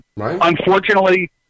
unfortunately